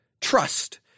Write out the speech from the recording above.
trust